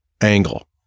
angle